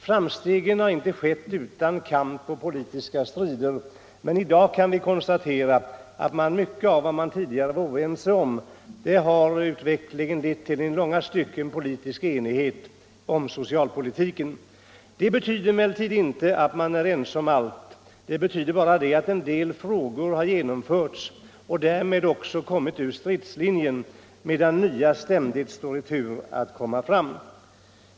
Framstegen har inte skett utan kamp och politisk strid, men i dag kan vi konstatera att, trots att vi tidigare var oense om mycket, utvecklingen har lett till en politisk enighet i långa stycken om socialpolitiken. Det betyder emellertid inte att vi är ense om allt, det betyder bara att en del frågor har lösts och därmed också kommit ur stridslinjen, medan nya ständigt står i tur att komma fram.